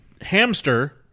hamster